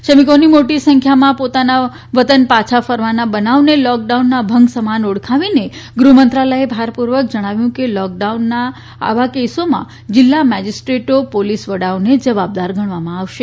શ્રમિકોની મોટી સંખ્યામાં પોતાના વતન પાછા ફરવાના બનાવને લોકડાઉનના ભંગ સમાન ઓળખાવીને ગૃહમંત્રાલયે ભારપૂર્વક જણાવ્યું છે કે લોકડાઉનના આવા કેસોમાં જિલ્લા મેજીસ્ટેટ્રો પોલીસ વડાઓને જવાબદાર ગણવામાં આવશે